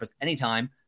anytime